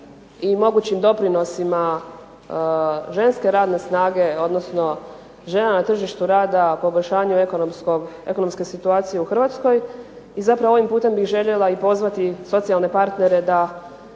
i mogućim doprinosima ženske radne snage odnosno žena na tržištu rada, poboljšanju ekonomske situacije u Hrvatskoj. I zapravo ovim putem bih željela i pozvati socijalne partnere da